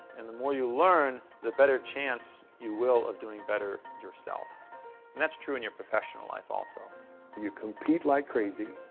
and the more you learn, the better chance you will of doing better yourself. and that's true in your professional life, also. and you compete like crazy,